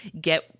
get